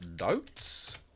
notes